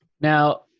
Now